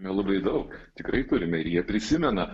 na labai daug tikrai turime ir jie prisimena